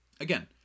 Again